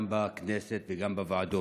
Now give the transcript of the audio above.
גם בכנסת וגם בוועדות: